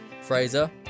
Fraser